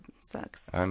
sucks